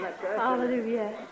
Hallelujah